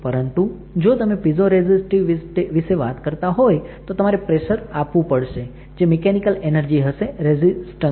પરંતુ જો તમે પીઝો રૅઝીસ્ટિવ વિશે વાત કરતા હોય તો તમારે પ્રેસર આપવું પડશે જે મિકૅનિકલ ઍનર્જી હશે રેઝીસ્ટન્સ માટે